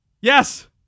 Yes